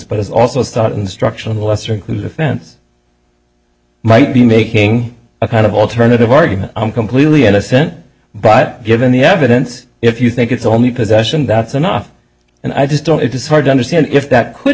but it's also thought instruction of the lesser included offense might be making a kind of alternative argument i'm completely innocent but given the evidence if you think it's only possession that's enough and i just don't it is hard to understand if that could